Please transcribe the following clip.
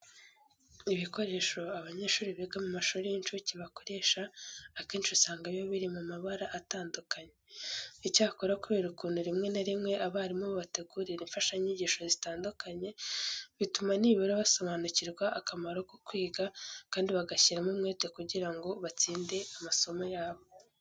Ibikoresho abanyeshuri biga mu mashuri y'incuke bakoresha, akenshi usanga biba biri mu mabara atandukanye. Icyakora kubera ukuntu rimwe na rimwe abarimu babategurira imfashanyigisho zitandukanye, bituma nibura basobanukirwa akamaro ko kwiga kandi bagashyiramo umwete kugira ngo batsinde amasomo yabo.